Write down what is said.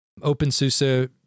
OpenSUSE